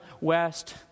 west